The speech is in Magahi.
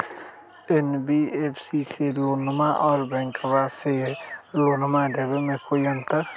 एन.बी.एफ.सी से लोनमा आर बैंकबा से लोनमा ले बे में कोइ अंतर?